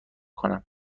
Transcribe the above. کنم